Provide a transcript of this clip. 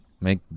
make